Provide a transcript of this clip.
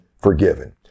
forgiven